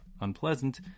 unpleasant